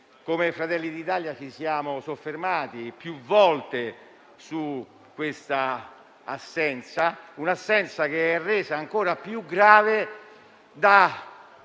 Come Fratelli d'Italia si siamo soffermati più volte su questa assenza, resa ancora più grave